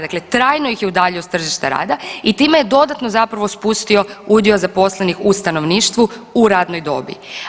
Dakle, trajno ih je udaljio s tržišta rada i time je dodatno zapravo spustio udio zaposlenih u stanovništvu u radnoj dobi.